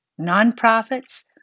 nonprofits